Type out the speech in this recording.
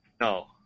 No